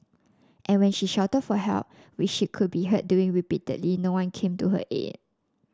and when she shouted for help which she could be heard doing repeatedly no one came to her aid